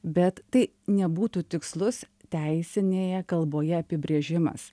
bet tai nebūtų tikslus teisinėje kalboje apibrėžimas